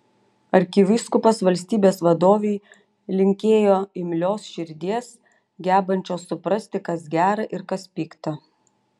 arkivyskupas valstybės vadovei linkėjo imlios širdies gebančios suprasti kas gera ir kas pikta